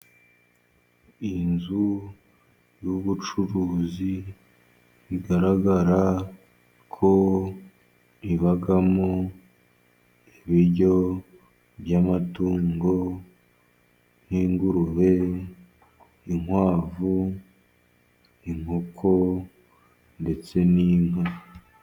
Inzu y'ubucuruzi bigaragara ko ibamo ibiryo by'amatungo: nk'ingurube, inkwavu, inkoko ,ndetse n'inka.